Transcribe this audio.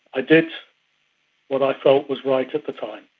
i did what i felt was right at the time.